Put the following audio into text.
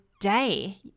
day